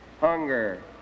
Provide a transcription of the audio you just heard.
hunger